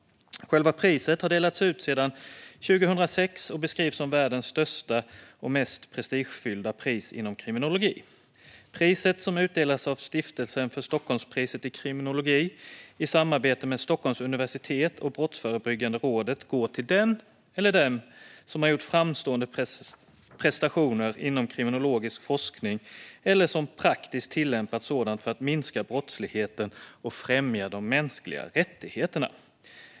Priset har delats ut sedan 2006 och beskrivs som världens största och mest prestigefyllda pris inom kriminologi. Priset, som utdelas av Stiftelsen för Stockholmspriset i kriminologi i samarbete med Stockholms universitet och Brottsförebyggande rådet, går till den eller dem som har gjort framstående prestationer inom kriminologisk forskning eller som praktiskt tillämpat sådan för att minska brottsligheten och främja de mänskliga rättigheterna.